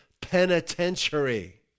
penitentiary